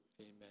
Amen